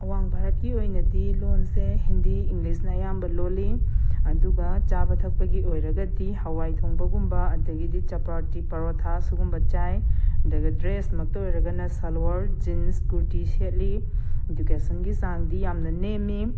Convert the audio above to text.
ꯑꯋꯥꯡ ꯚꯥꯔꯠꯀꯤ ꯑꯣꯏꯅꯗꯤ ꯂꯣꯟꯁꯦ ꯍꯤꯟꯗꯤ ꯏꯪꯂꯤꯁꯅ ꯑꯌꯥꯝꯕ ꯂꯣꯜꯂꯤ ꯑꯗꯨꯒ ꯆꯥꯕ ꯊꯛꯄꯒꯤ ꯑꯣꯏꯔꯒꯗꯤ ꯍꯋꯥꯏ ꯊꯣꯡꯕꯒꯨꯝꯕ ꯑꯗꯒꯤꯗꯤ ꯆꯄꯥꯇꯤ ꯄꯥꯔꯣꯊꯥ ꯁꯤꯒꯨꯝꯕ ꯆꯥꯏ ꯑꯗꯒ ꯗ꯭ꯔꯦꯁꯃꯛꯇ ꯑꯣꯏꯔꯒꯅ ꯁꯥꯜꯋꯥꯔ ꯖꯤꯟꯁ ꯀꯨꯔꯇꯤ ꯁꯦꯠꯂꯤ ꯏꯗꯨꯀꯦꯁꯟꯒꯤ ꯆꯥꯡꯗꯤ ꯌꯥꯝꯅ ꯅꯦꯝꯃꯤ